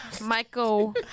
Michael